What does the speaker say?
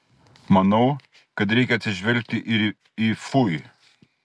manau kad reikia atsižvelgti ir į fui